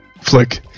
flick